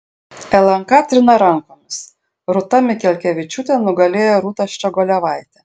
lnk trina rankomis rūta mikelkevičiūtė nugalėjo rūtą ščiogolevaitę